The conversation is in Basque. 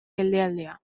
geldialdia